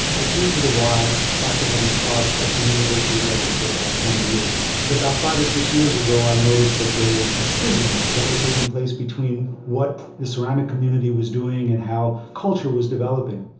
i came to the y after having taught at the university level for about twenty years, and about five or six years ago i noticed that there was a schism that was taking place between what the ceramic community was doing and how culture was developing.